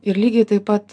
ir lygiai taip pat